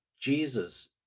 Jesus